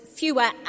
fewer